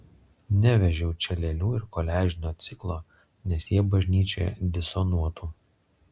nevežiau čia lėlių ir koliažinio ciklo nes jie bažnyčioje disonuotų